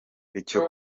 icyo